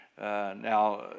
Now